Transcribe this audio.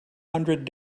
hundred